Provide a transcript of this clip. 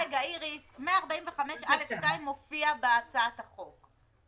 145(א)(2) מופיע בהצעת החוק.